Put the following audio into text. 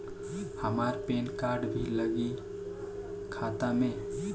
हमार PAN card भी लगी खाता में?